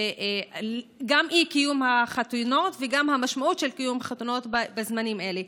גם אי-קיום החתונות וגם המשמעות של קיום חתונות בזמנים האלה.